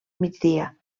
migdia